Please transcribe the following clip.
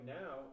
now